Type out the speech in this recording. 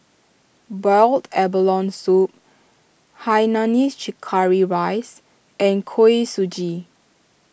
Boiled Abalone Soup Hainanese Curry Rice and Kuih Suji